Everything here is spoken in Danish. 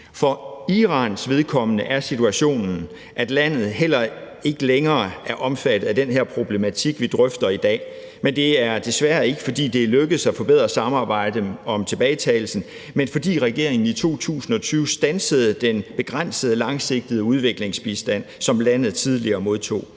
For Irans vedkommende er situationen, at landet heller ikke længere er omfattet af den her problematik, vi drøfter i dag, men det er desværre ikke, fordi det er lykkedes at forbedre samarbejdet om tilbagetagelsen, men fordi regeringen i 2020 standsede den begrænsede langsigtede udviklingsbistand, som landet tidligere modtog.